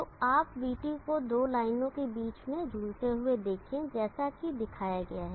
तो अगर आप vT को दो लाइनों के बीच झूलते हुए देखें जैसा कि दिखाया गया है